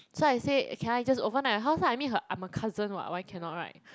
so I say can I just overnight your house lah I mean her I'm her cousin what why cannot [right]